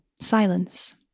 Silence